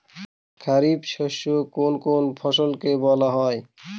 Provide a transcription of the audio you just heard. খারিফ শস্য কোন কোন ফসলকে বলা হয়?